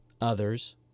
Others